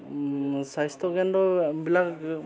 স্বাস্থ্যকেন্দ্ৰবিলাক